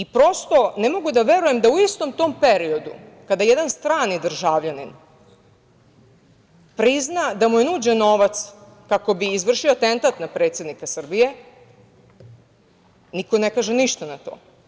Prosto, ne mogu da verujem da u istom tom periodu kada jedan strani državljanin prizna da mu je nuđen novac kako bi izvršio atentat na predsednika Srbije, niko ne kaže ništa na to.